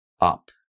up